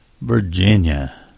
Virginia